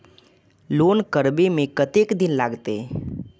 Loan करबे में कतेक दिन लागते?